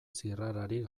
zirrararik